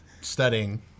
studying